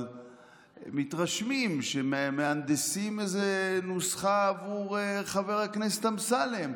אבל מתרשמים שמהנדסים איזו נוסחה עבור חבר הכנסת אמסלם,